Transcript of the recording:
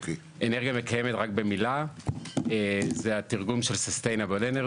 אנרגיה מקיימת זה התרגום של sustainable energy,